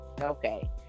Okay